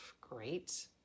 great